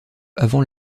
avant